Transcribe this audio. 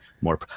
more